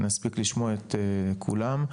לשמוע את כולם,